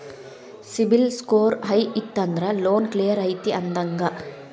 CIBIL score high ಇತ್ತಂದ್ರ loan clear ಐತಿ ಅಂದಂಗ